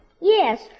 Yes